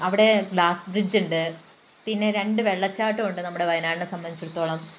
അവിടെ glass bridge ഉണ്ട് പിന്നെ രണ്ട് വെള്ളച്ചാട്ടമുണ്ട് നമ്മുടെ വയനാടിനെ സംബന്ധിച്ചിടത്തോളം